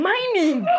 Mining